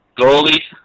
goalie